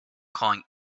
calling